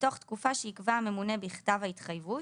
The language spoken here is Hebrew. בתוך תקופה שיקבע הממונה בכתב ההתחייבות